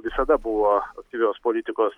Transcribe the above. visada buvo aktyvios politikos